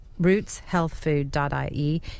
rootshealthfood.ie